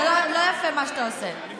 זה לא יפה, מה שאתה עושה.